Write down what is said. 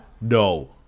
No